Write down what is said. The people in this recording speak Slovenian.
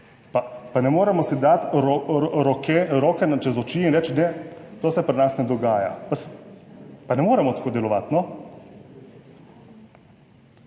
pa ne moremo si dati roke čez oči in reči, da to se pri nas ne dogaja, pa ne moremo tako delovati, no.